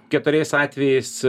keturiais atvejais